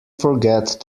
forget